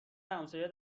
همسایه